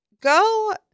go